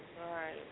Right